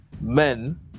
men